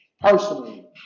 personally